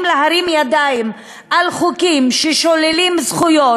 להרים ידיים למען חוקים ששוללים זכויות,